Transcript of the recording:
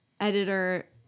Editor